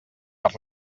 per